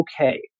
okay